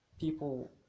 People